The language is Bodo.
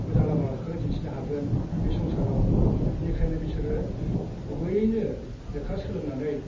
मोजां लामाखौ दिन्थिनो हागोन बे संसाराव बेनिखायनो बिसोरो गुबैयैनो लेखा सोलोंनानै